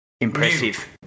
impressive